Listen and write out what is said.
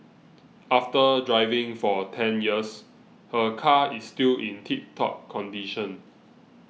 after driving for ten years her car is still in tip top condition